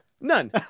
None